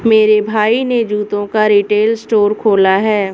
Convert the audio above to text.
मेरे भाई ने जूतों का रिटेल स्टोर खोला है